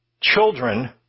children